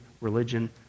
religion